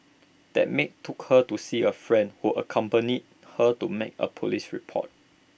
that maid took her to see A friend who accompanied her to make A Police report